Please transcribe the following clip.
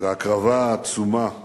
וההקרבה העצומה שהקרבתם,